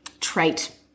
trait